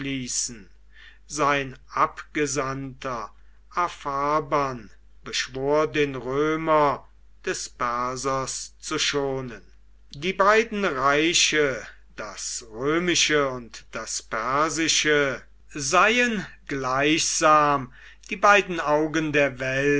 sein abgesandter apharban beschwor den römer des persers zu schonen die beiden reiche das römische und das persische seien gleichsam die beiden augen der welt